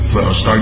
First